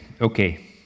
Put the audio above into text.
Okay